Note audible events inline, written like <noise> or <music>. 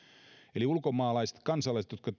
eli ulkomaalaiset kansalaiset jotka <unintelligible>